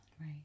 Right